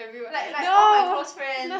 like like all my close friends